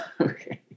Okay